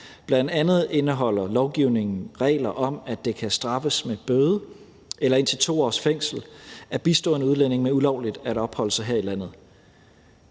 Bl.a. indeholder lovgivningen regler om, at det kan straffes med bøde eller indtil 2 års fængsel at bistå en udlænding med ulovligt at opholde sig her i landet.